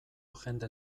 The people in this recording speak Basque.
jende